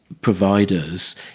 providers